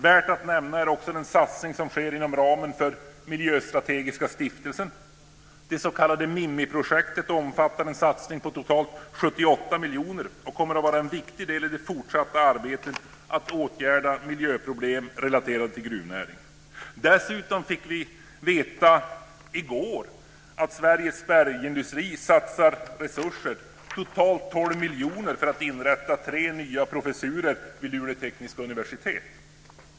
Värt att nämna är också den satsning som sker inom ramen för Miljöstrategiska stiftelsen. Det s.k. Mimi-projektet omfattar en satsning på totalt 78 miljoner och kommer att vara en viktig del i det fortsatta arbetet med att åtgärda miljöproblem relaterade till gruvnäringen. Dessutom fick vi i går veta att Sveriges bergindustri satsar resurser, totalt 12 miljoner, för att inrätta tre nya professurer vid Luleå tekniska universitet.